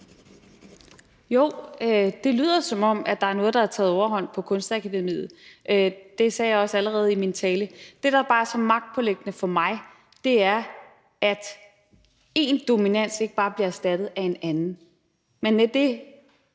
Jo, det lyder, som om der er noget, der har taget overhånd på Kunstakademiet. Det sagde jeg også allerede i min tale. Det, der bare er så magtpåliggende for mig, er, at én dominans ikke bare bliver erstattet af en anden, men at det,